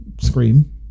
Scream